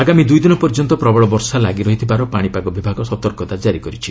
ଆଗାମୀ ଦୁଇଦିନ ପର୍ଯ୍ୟନ୍ତ ପ୍ରବଳ ବର୍ଷା ଲାଗିରହିବାର ପାଣିପାଗ ବିଭାଗ ସତର୍କତା ଜାରି କରିଛି